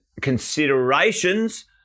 considerations